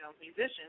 musicians